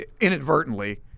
inadvertently